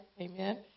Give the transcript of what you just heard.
Amen